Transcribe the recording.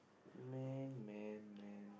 Man Man Man